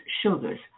sugars